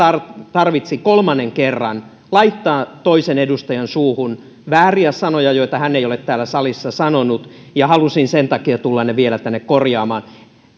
tarvitsi kolmannen kerran laittaa toisen edustajan suuhun vääriä sanoja joita tämä ei ole täällä salissa sanonut ja halusin sen takia tulla ne vielä tänne korjaamaan